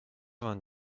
vingt